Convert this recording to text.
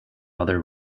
other